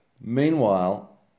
Meanwhile